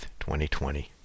2020